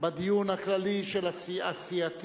בדיון הכללי הסיעתי.